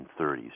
1930s